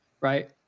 right